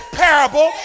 parable